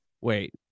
wait